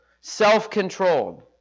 self-controlled